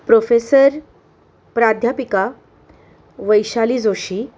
professor प्राध्यापिका वैशाली जोशी